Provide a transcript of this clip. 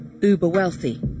uber-wealthy